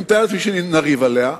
אני מתאר לעצמי שנריב עליה.